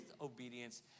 obedience